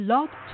Love